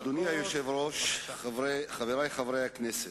אדוני היושב-ראש, חברי חברי הכנסת,